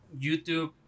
YouTube